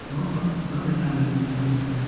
बहुत ब बहुत मतलब ऐसा किए हैं